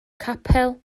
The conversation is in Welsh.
capel